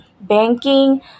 banking